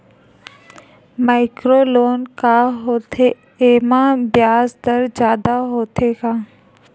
Micro loan का होथे येमा ब्याज दर जादा होथे का?